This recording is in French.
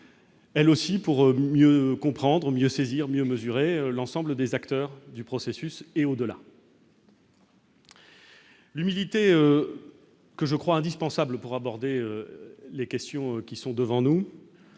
Elle aussi, pour mieux comprendre, mieux saisir mieux mesurer l'ensemble des acteurs du processus et au-delà. L'humilité que je crois indispensable pour aborder les questions qui sont devant nous,